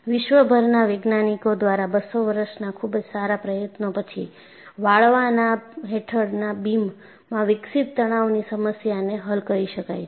વિશ્વભરના વૈજ્ઞાનિકો દ્વારા 200 વર્ષના ખુબ જ સારા પ્રયત્નો પછી વાળવાના હેઠળના બીમમાં વિકસિત તણાવની સમસ્યાને હલ કરી શકાય છે